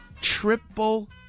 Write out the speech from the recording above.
Triple